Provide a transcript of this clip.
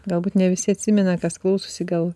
galbūt ne visi atsimena kas klausosi gal